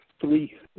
three